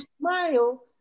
smile